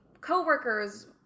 coworkers